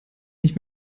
nicht